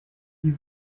die